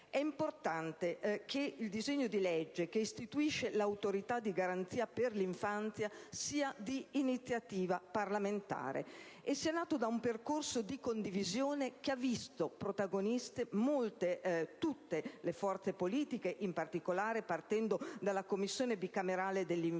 È importante che il disegno di legge che istituisce l'Autorità garante per l'infanzia e l'adolescenza sia di iniziativa parlamentare e sia nato da un percorso di condivisione che ha visto protagoniste tutte le forze politiche, partendo in particolare dalla Commissione bicamerale per l'infanzia.